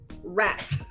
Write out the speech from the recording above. Rat